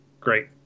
great